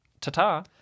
Ta-ta